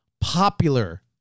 popular